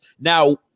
Now